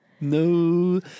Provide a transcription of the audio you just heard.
No